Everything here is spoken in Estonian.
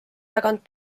tagant